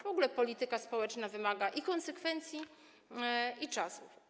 W ogóle polityka społeczna wymaga konsekwencji i czasu.